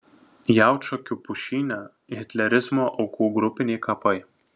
jaučakių pušyne hitlerizmo aukų grupiniai kapai